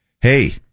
Hey